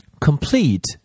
Complete